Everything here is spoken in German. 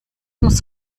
muss